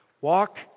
Walk